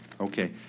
Okay